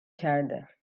کرده